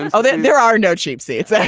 and oh, there there are no cheap seats. yeah